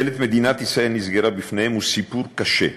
נסגרה בפניהם, הוא סיפור קשה,